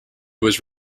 was